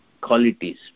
qualities